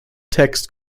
text